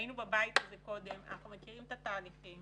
היינו בבית הזה קודם, אנחנו מכירים את התהליכים